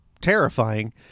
terrifying